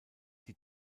die